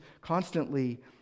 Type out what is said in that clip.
constantly